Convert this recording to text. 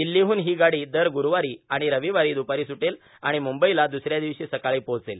दिल्लीहून ही गाडी दर ग्रुरूवारी आणि रविवारी दुपारी सुटेल आणि मुंबईला दुसऱ्या दिवशी सकाळी पोहोचेल